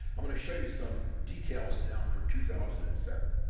i'm going to show you some details now for two thousand and seven.